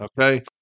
Okay